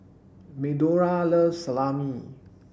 Medora loves Salami